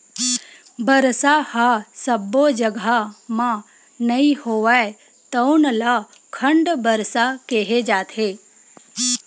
बरसा ह सब्बो जघा म नइ होवय तउन ल खंड बरसा केहे जाथे